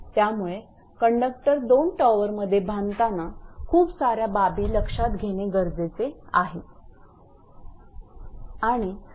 त्यामुळे कंडक्टर दोन टॉवरमध्ये बांधताना खूप सार्या बाबी लक्षात घेणे गरजेचे आहे